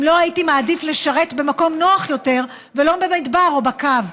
אם לא הייתי מעדיף לשרת במקום נוח יותר ולא במדבר או בקו,